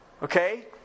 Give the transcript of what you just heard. Okay